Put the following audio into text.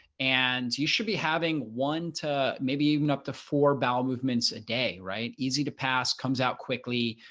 and you should be having one to maybe even up to four bowel movements a day right easy to pass comes out quickly.